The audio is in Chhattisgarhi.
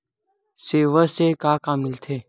सेवा से का का मिलथे?